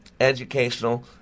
educational